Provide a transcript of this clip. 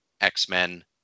X-Men